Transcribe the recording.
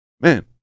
man